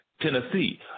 Tennessee